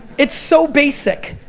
it's so basic.